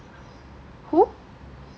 who